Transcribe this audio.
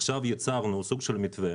עכשיו יצרנו סוג של מתווה